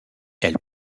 elle